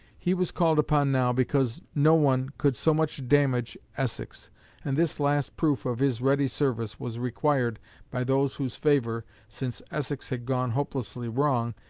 he was called upon now because no one could so much damage essex and this last proof of his ready service was required by those whose favour, since essex had gone hopelessly wrong,